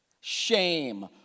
shame